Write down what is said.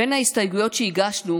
בין ההסתייגויות שהגשנו,